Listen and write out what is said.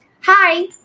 Hi